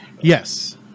Yes